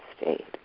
state